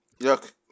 look